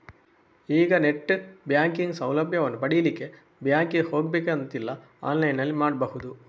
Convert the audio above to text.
ಈಗ net banking ಸೌಲಭ್ಯವನ್ನು ಪಡೀಲಿಕ್ಕೆ ಬ್ಯಾಂಕಿಗೆ ಹೋಗ್ಬೇಕು ಅಂತಿಲ್ಲ ಆನ್ಲೈನಿನಲ್ಲಿ ಮಾಡ್ಬಹುದು